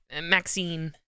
Maxine